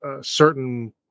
certain